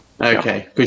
okay